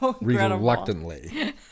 reluctantly